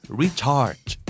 recharge